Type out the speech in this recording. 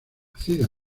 nacida